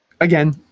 Again